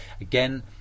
Again